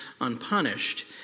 unpunished